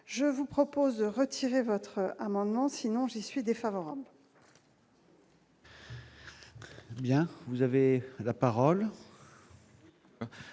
je vous propose de retirer votre amendement sinon j'y suis défavorable.